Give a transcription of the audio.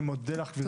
אני מודה לך, גברתי.